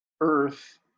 earth